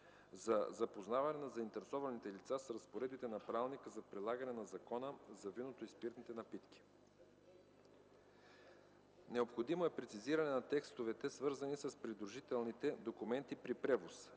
за запознаване на заинтересовате лица с разпоредбите на Правилника за прилагане на Закона за виното и спиртните напитки. 2. Необходимо е прецизиране на текстовете, свързани с придружителните документи при превоз